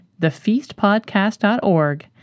thefeastpodcast.org